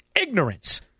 Ignorance